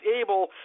able